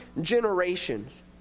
generations